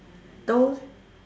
those